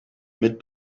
mit